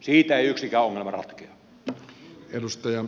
siitä ei yksikään ongelma ratkea